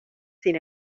sin